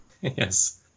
Yes